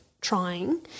trying